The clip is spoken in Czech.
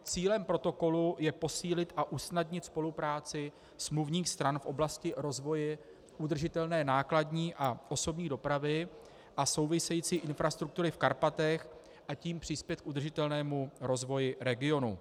Cílem protokolu je posílit a usnadnit spolupráci smluvních stran v oblasti rozvoje udržitelné nákladní a osobní dopravy a související infrastruktury v Karpatech, a tím přispět k udržitelnému rozvoji regionu.